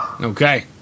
Okay